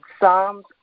Psalms